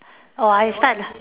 oh I start ah